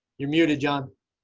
you're muted job.